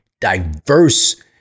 diverse